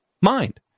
mind